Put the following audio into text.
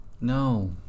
No